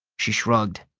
she shrugged.